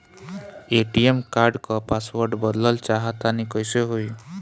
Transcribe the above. ATM card क password बदलल चाहा तानि कइसे होई?